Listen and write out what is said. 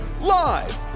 live